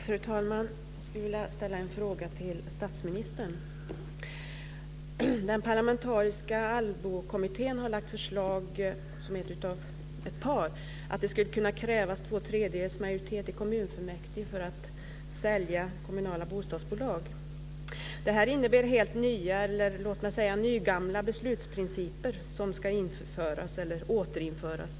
Fru talman! Jag skulle vilja ställa en fråga till statsministern. Den parlamentariska ALLBO-kommittén har lagt fram ett förslag, rent utav ett par, om att det ska kunna krävas två tredjedels majoritet i kommunfullmäktige för att sälja kommunala bostadsbolag. Det här innebär helt nya, eller låt mig säga nygamla beslutsprinciper som ska införas eller återinföras.